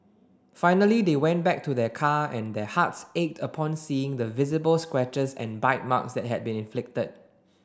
finally they went back to their car and their hearts ached upon seeing the visible scratches and bite marks that had been inflicted